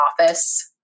office